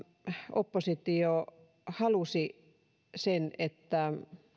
oppositio halusi sitä että